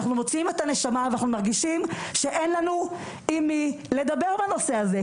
אנחנו מוציאים את הנשמה ואנחנו מרגישים שאין לנו עם מי לדבר בנושא הזה.